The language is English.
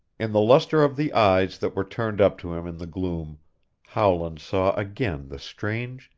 in the luster of the eyes that were turned up to him in the gloom howland saw again the strange,